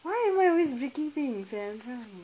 why am I always breaking things [sial]